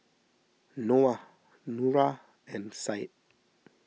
Noah Nura and Syed